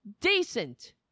decent